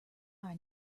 our